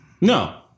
No